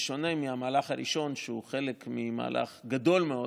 בשונה מהמהלך הראשון, שהוא חלק ממהלך גדול מאוד,